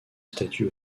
statut